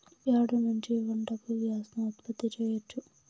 ప్యాడ నుంచి వంటకు గ్యాస్ ను ఉత్పత్తి చేయచ్చు